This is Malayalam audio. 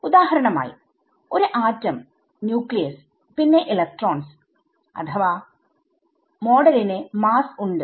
ഉദാഹരണമായി ഒരു ആറ്റം ന്യൂക്ലിയസ് പിന്നെ ഇലക്ട്രോൺസ് അഥവാ മോഡലിന്മാസ്സ് ഉണ്ട്